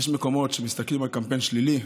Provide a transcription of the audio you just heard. יש מקומות שמסתכלים על קמפיין שלילי,